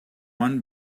one